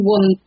One